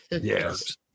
Yes